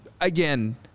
again